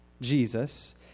Jesus